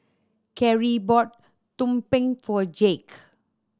Carie bought tumpeng for Jake